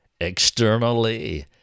externally